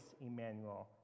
Emmanuel